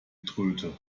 tröte